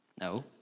No